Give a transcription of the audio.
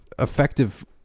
effective